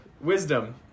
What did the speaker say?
Wisdom